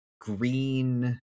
green